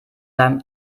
seinem